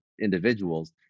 individuals